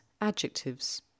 adjectives